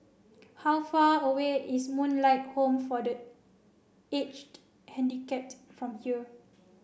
how far away is Moonlight Home for the Aged Handicapped from here